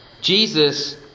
Jesus